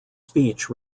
speech